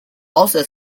also